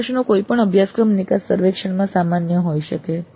આ પ્રશ્નો કોઈપણ અભ્યાસક્રમ નિકાસ સર્વેક્ષણમાં સામાન્ય હોઈ શકે છે